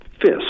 fist